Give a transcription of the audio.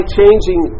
changing